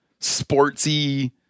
sportsy